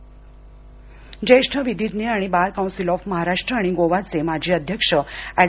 निधन ज्येष्ठ विधिज्ञ व बार कौन्सिल ऑफ महाराष्ट्र आणि गोवाचे माजी अध्यक्ष ऍड